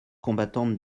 combattantes